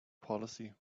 policy